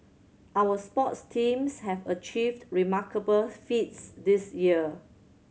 our sports teams have achieved remarkable feats this year